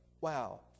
Wow